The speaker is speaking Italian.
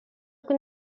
con